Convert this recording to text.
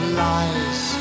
lies